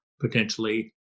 potentially